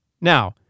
Now